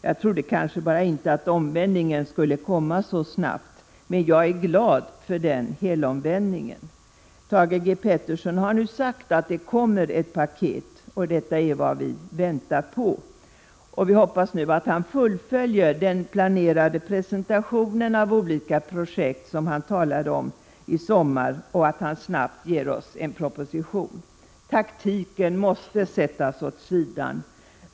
Jag trodde bara inte att omvändningen skulle komma så snabbt, men jag är glad för att den kom. Thage G. Peterson har nu sagt att ett paket kommer. Detta är vad vi väntat på. Vi hoppas nu att han i sommar fullföljer den planerade presentationen av olika projekt som han talat om och snabbt ger oss en proposition. Taktiken måste sättas åt sidan.